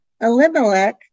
Elimelech